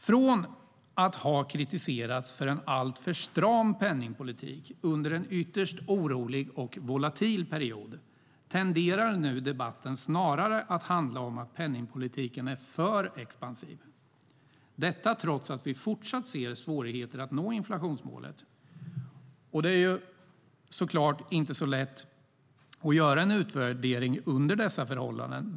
Från att ha kritiserats för en alltför stram penningpolitik under en ytterst orolig och volatil period tenderar nu debatten snarare att handla om att penningpolitiken är för expansiv - detta trots att vi fortsatt ser svårigheter att nå inflationsmålet. Det är såklart inte så lätt att göra en utvärdering under dessa förhållanden.